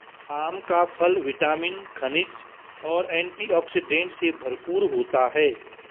आम का फल विटामिन, खनिज और एंटीऑक्सीडेंट से भरपूर होता है